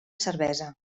cervesa